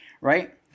right